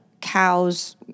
cows